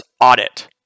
audit